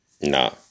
No